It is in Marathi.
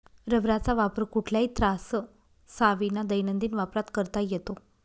रबराचा वापर कुठल्याही त्राससाविना दैनंदिन वापरात करता येतो